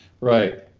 Right